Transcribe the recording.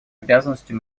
обязанностью